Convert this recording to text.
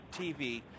TV